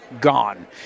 gone